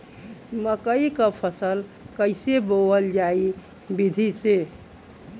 मकई क फसल कईसे बोवल जाई विधि से?